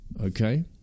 Okay